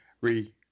re